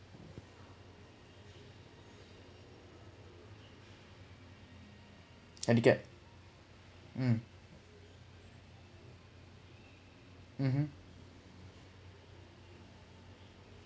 handicap mm (uh huh)